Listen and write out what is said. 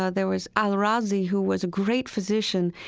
ah there was al-razi who was a great physician,